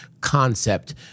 concept